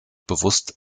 bewusst